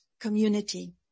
community